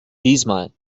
diesmal